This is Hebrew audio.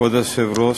כבוד היושב-ראש,